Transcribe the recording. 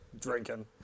drinking